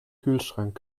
kühlschrank